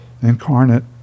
incarnate